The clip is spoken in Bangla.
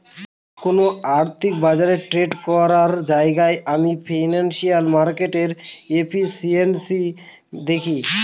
কোন আর্থিক বাজারে ট্রেড করার আগেই আমি ফিনান্সিয়াল মার্কেটের এফিসিয়েন্সি দেখি